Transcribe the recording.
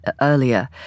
earlier